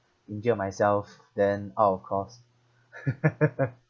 injured myself then out of course